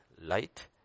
Light